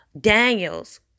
Daniels